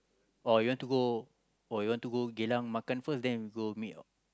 or you want to go or you want to go Geylang makan first then we go meet or